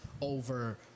over